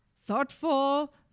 thoughtful